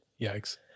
Yikes